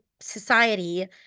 Society